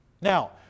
Now